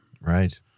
Right